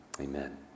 Amen